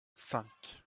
cinq